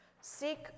Seek